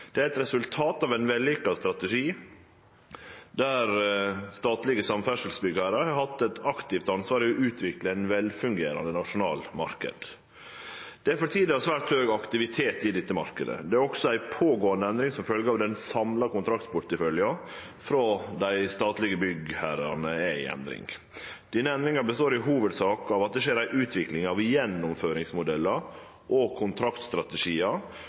Det er eit resultat av ein vellukka strategi der statlege samferdselsbyggherrar har teke eit aktivt ansvar for å utvikle ein velfungerande nasjonal marknad. Det er for tida svært høg aktivitet i denne marknaden. Det er også ei pågåande endring som følgje av at den samla kontraktporteføljen frå dei statlege byggherrane er i endring. Denne endringa består i hovudsak av at det skjer ei utvikling av gjennomføringsmodellar og kontraktstrategiar.